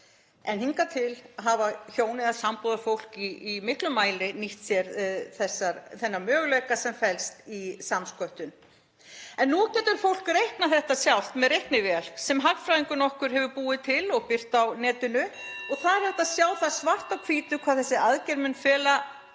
en hingað til hafa hjón eða sambúðarfólk í miklum mæli nýtt sér þennan möguleika sem felst í samsköttun. Nú getur fólk reiknað þetta sjálft með reiknivél sem hagfræðingur nokkur hefur búið til og birt á netinu. (Forseti hringir.) Þar er hægt að sjá það svart á hvítu hvað þessi aðgerð mun fela